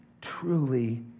truly